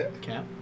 Cap